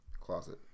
closet